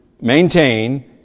maintain